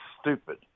stupid